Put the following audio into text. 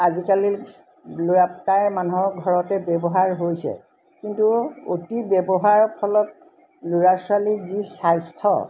আজিকালি ল'ৰাটাই মানুহৰ ঘৰতে ব্যৱহাৰ হৈছে কিন্তু অতি ব্যৱহাৰৰ ফলত ল'ৰা ছোৱালী যি স্বাস্থ্য